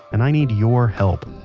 and i need your help.